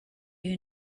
you